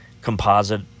composite